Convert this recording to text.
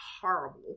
horrible